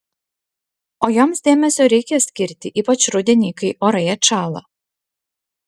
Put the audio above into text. o joms dėmesio reikia skirti ypač rudenį kai orai atšąla